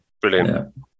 Brilliant